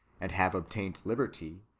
and have obtained liberty,